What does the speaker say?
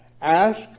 Ask